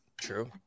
True